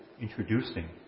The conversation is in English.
introducing